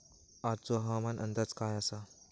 आजचो हवामान अंदाज काय आसा?